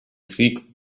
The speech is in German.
krieg